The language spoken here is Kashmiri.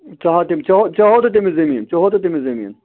ژٕ ہاو ژےٚ ہووتھٕ تٔمِس زمیٖن ژےٚ ہووتھٕ تٔمِس زمیٖن